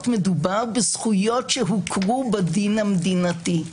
מדובר בזכויות שהוכרו בדין המדינתי.